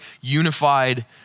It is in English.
unified